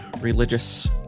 religious